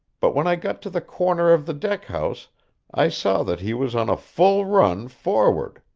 but when i got to the corner of the deck-house i saw that he was on a full run forward,